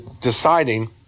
deciding